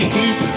Keep